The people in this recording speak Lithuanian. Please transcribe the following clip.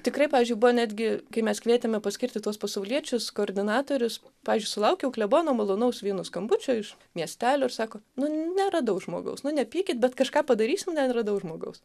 tikrai pavyzdžiui buvo netgi kai mes kvietėme paskirti tuos pasauliečius koordinatorius pavyzdžiui sulaukiau klebono malonaus vieno skambučio iš miestelio ir sako nu neradau žmogaus nu nepykit bet kažką padarysim neradau žmogaus